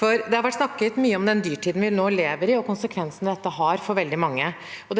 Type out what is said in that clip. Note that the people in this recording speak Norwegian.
Det har vært snakket mye om dyrtiden vi nå lever i, og konsekvensene dette har for veldig mange.